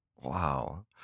Wow